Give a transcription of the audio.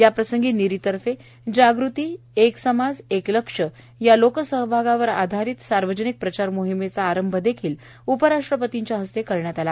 याप्रसंगी नीरीतर्फे जागृती एक समाज एक लक्ष या लोकसहभागाधारित सार्वजनिक प्रचार मोहिमेचा श्भारंभ देखील उपराष्ट्रपती यांच्या हस्ते करण्यात आला